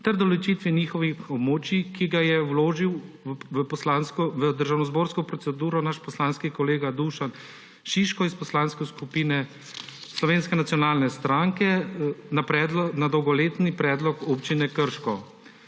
ter določitvi njihovih območij, ki ga je vložil v državnozborsko proceduro naš poslanski kolega Dušan Šiško iz Poslanske skupine Slovenske nacionalne stranke na dolgoletni predlog Občine Krško.